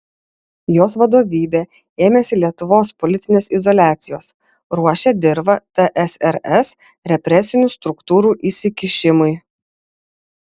jos vadovybė ėmėsi lietuvos politinės izoliacijos ruošė dirvą tsrs represinių struktūrų įsikišimui